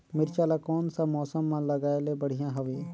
मिरचा ला कोन सा मौसम मां लगाय ले बढ़िया हवे